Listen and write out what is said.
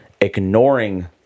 ignoring